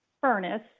furnace